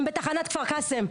הם בתחנת כפר קאסם.